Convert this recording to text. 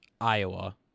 iowa